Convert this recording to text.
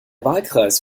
wahlkreis